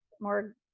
more